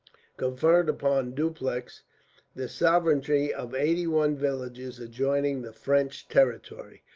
conferred upon dupleix the sovereignty of eighty-one villages adjoining the french territory.